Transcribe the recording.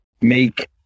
make